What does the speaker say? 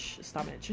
stomach